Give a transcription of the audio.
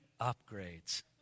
upgrades